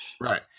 Right